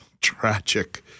tragic